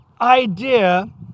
idea